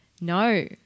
No